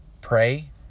pray